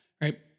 right